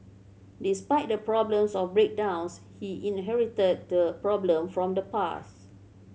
despite the problems of breakdowns he inherited the problem from the past